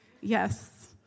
yes